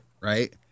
Right